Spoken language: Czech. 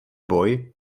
boj